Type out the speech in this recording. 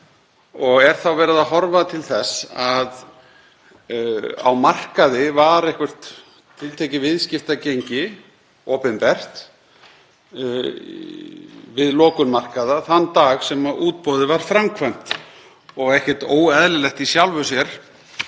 og er þá verið að horfa til þess að á markaði var eitthvert tiltekið viðskiptagengi opinbert, við lokun markaða þann dag sem útboðið var framkvæmt. Það er ekkert óeðlilegt í sjálfu sér